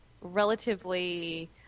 relatively